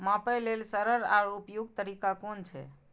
मापे लेल सरल आर उपयुक्त तरीका कुन छै?